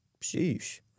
sheesh